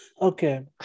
Okay